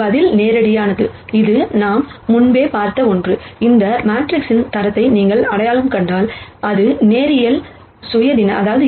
பதில் நேரடியானது இது நாம் முன்பே பார்த்த ஒன்று இந்த மேட்ரிக்ஸின் தரத்தை நீங்கள் அடையாளம் கண்டால் அது லீனியர்